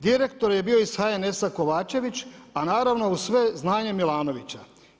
Direktor je bio iz HNS-a Kovačević, a naravno uz sve znanje Milanovića.